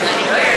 תרד.